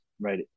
right